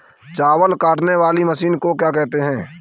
चावल काटने वाली मशीन को क्या कहते हैं?